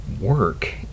work